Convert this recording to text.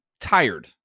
tired